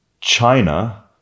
China